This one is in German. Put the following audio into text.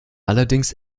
allerdings